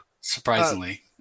surprisingly